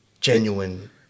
genuine